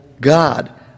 God